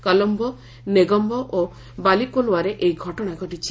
କଲମ୍ବୋ ନେଗୋମ୍ବ ଓ ବାଲିକୋଲୱାରେ ଏହି ଘଟଣା ଘଟିଛି